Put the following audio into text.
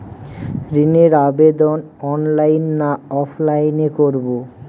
ঋণের আবেদন অনলাইন না অফলাইনে করব?